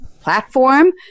platform